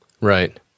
Right